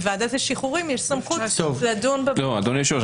לוועדות השחרורים יש סמכות לדון --- אדוני היושב-ראש,